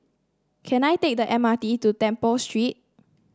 can I take the M R T to Temple Street